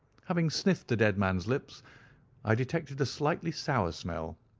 having sniffed the dead man's lips i detected a slightly sour smell,